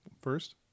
First